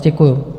Děkuju.